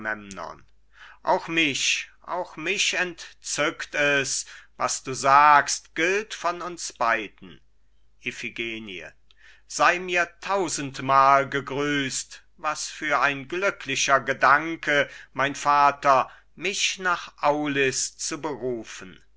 auch mich auch mich entzückt es was du sagst gilt von uns beiden iphigenie sei mir tausendmal gegrüßt was für ein glücklicher gedanke mein vater mich nach aulis zu berufen